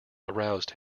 aroused